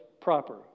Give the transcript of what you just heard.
proper